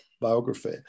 biography